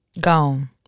Gone